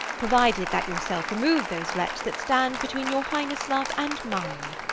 provided that your self remove those lets that stand between your highness' love and mine.